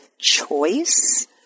choice